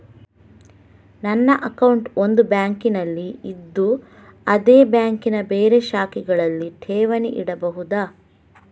ನನ್ನ ಅಕೌಂಟ್ ಒಂದು ಬ್ಯಾಂಕಿನಲ್ಲಿ ಇದ್ದು ಅದೇ ಬ್ಯಾಂಕಿನ ಬೇರೆ ಶಾಖೆಗಳಲ್ಲಿ ಠೇವಣಿ ಇಡಬಹುದಾ?